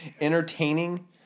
entertaining